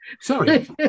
Sorry